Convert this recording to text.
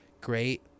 great